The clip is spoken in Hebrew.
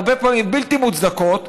הרבה פעמים בלתי מוצדקות,